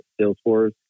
Salesforce